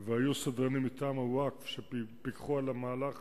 והיו סדרנים מטעם הווקף שפיקחו על מהלך